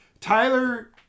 Tyler